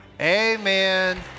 amen